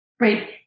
Right